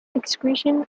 excretion